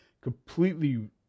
completely